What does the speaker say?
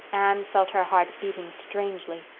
anne felt her heart beating strangely.